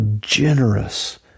generous